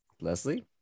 Leslie